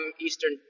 eastern